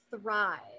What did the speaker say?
thrive